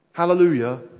Hallelujah